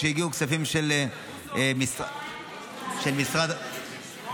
כשהגיעו כספים של משרד הבריאות,